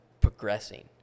progressing